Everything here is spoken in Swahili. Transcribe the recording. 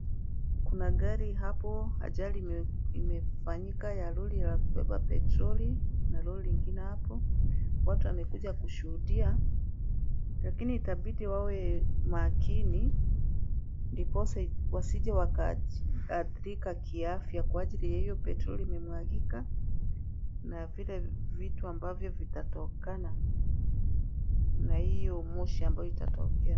Kuna gari hapo, ajali imefanyika ya lori ya kubeba petroli na lori ingine apo. Watu wamekuja kushuhudia lakini itabidi wawe makini ndiposa wasije wakaadhirika kiafya kwa ajili ya hiyo petroli imemwagika na vile vitu ambavyo vitatokana na iyo moshi ambayo itatokea.